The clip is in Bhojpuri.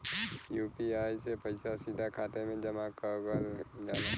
यू.पी.आई से पइसा सीधा खाते में जमा कगल जाला